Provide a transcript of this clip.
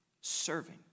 serving